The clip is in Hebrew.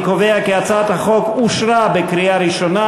אני קובע כי הצעת החוק אושרה בקריאה ראשונה